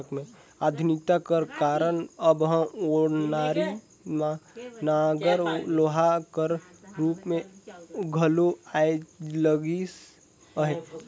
आधुनिकता कर कारन अब ओनारी नांगर लोहा कर रूप मे घलो आए लगिस अहे